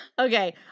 okay